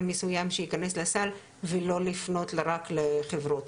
מסוים שיכנס לסל ולא לפנות רק לחברות.